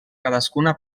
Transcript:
cadascuna